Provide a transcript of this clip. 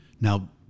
Now